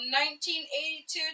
1982